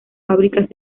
fábricas